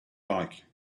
like